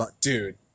dude